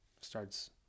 starts